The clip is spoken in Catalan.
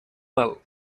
mal